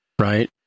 right